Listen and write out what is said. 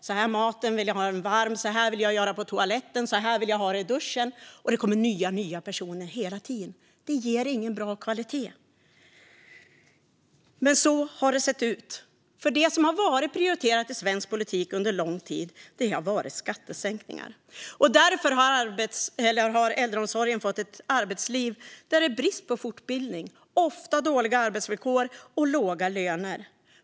Så här vill jag ha maten uppvärmd, så här vill jag göra på toaletten, så här vill jag ha det i duschen - och så kommer det nya personer hela tiden. Det ger ingen bra kvalitet. Men så har det sett ut. Det som har varit prioriterat i svensk politik under lång tid har varit skattesänkningar. Därför har äldreomsorgen fått ett arbetsliv där det är brist på fortbildning, ofta dåliga arbetsvillkor och låga löner.